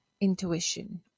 intuition